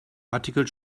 article